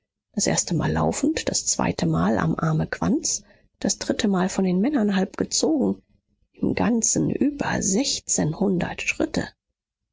das erstemal laufend das zweitemal am arme quandts das drittemal von den männern halb gezogen im ganzen über sechzehnhundert schritte